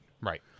Right